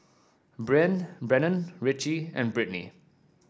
Brennen Richie and Brittnee